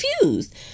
confused